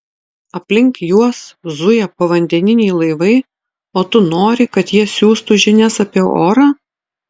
aplink juos zuja povandeniniai laivai o tu nori kad jie siųstų žinias apie orą